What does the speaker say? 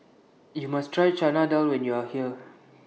YOU must Try Chana Dal when YOU Are here